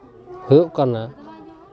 ᱦᱩᱭᱩᱜ ᱠᱟᱱᱟ